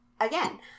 again